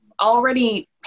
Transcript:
already